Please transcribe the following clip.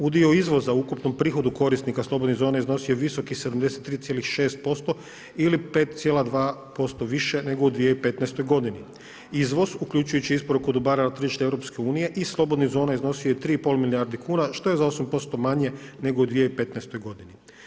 Udio izvoza u ukupnom prihodu korisnika slobodnih zona iznosio je visokih 73,6% ili 5,2% više nego u 2015. godini. … uključujući isporuku dobara na tržištu EU i slobodnih zona iznosio je 3,5 milijardi kuna što je za 8% manje nego u 2015. godini.